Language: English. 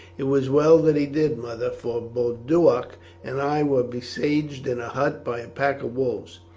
it was well that he did, mother, for boduoc and i were besieged in a hut by a pack of wolves,